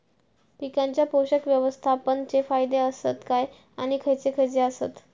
पीकांच्या पोषक व्यवस्थापन चे फायदे आसत काय आणि खैयचे खैयचे आसत?